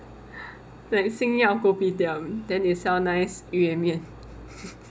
that 星耀 kopitiam then they sell nice 鱼圆面